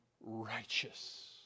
righteous